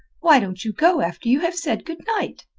why don't you go after you have said good night?